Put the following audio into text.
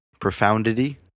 Profoundity